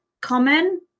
common